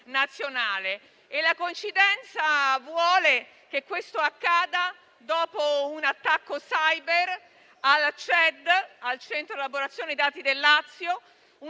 la coincidenza vuole che questo accada dopo un attacco *cyber* al Centro elaborazione dati (CED) del Lazio,